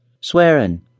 Swearing